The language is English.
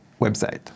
website